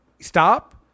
stop